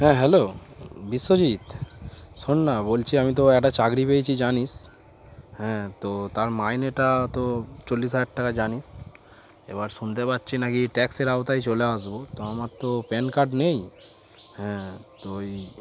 হ্যাঁ হ্যালো বিশ্বজিৎ শোন না বলছি আমি তো একটা চাকরি পেয়েছি জানিস হ্যাঁ তো তার মাইন এটা তো চল্লিশ হাজার টাকা জানিস এবার শুনতে পাচ্ছি নাকি ট্যাক্সের আওতায় চলে আসবো তো আমার তো প্যান কার্ড নেই হ্যাঁ তো ওই